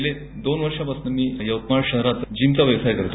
गेल्या दोन वर्षांपासून मी यवतमाळ शहरात जीमचा व्यवसाय करतो